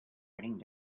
raining